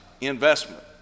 investment